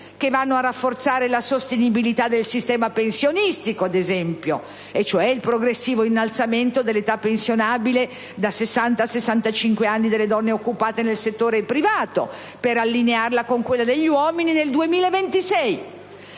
che vanno a rafforzare la sostenibilità del sistema pensionistico, ad esempio, cioè il progressivo innalzamento dell'età pensionabile da 60 a 65 anni delle donne occupate nel settore privato, per allinearla con quella degli uomini nel 2026.